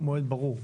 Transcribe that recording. מועד ברור.